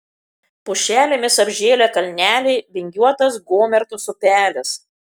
pušelėmis apžėlę kalneliai vingiuotas gomertos upelis